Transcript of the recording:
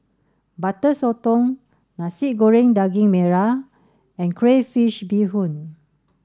Butter Sotong Nasi Goreng Daging Merah and Crayfish Beehoon